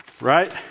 Right